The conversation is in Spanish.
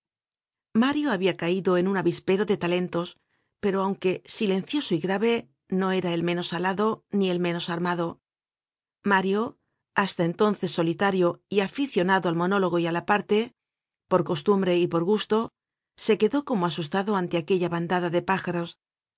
mario habia caido en un avispero de talentos pero aunque silencioso y grave no era el menos alado ni el menos armado mario hasta entonces solitario y aficionado al monólogo y al aparte por costumbre y por gusto se quedó como asustado ante aquella bandada de pájaros